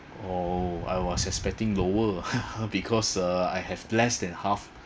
oh I was expecting lower because uh I have less than half